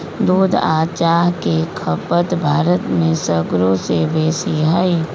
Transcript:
दूध आ चाह के खपत भारत में सगरो से बेशी हइ